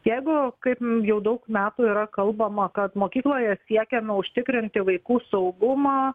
jeigu kaip jau daug metų yra kalbama kad mokykloje siekiame užtikrinti vaikų saugumą